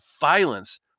violence